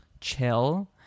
chill